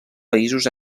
països